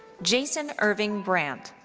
jason irving brandt.